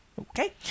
Okay